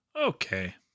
Okay